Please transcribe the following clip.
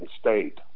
State